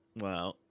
Wow